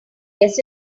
guess